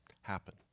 happen